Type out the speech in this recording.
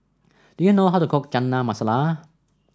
do you know how to cook Chana Masala